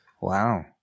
Wow